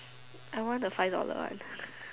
I want the five dollar one